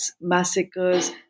massacres